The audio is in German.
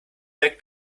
der